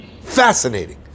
Fascinating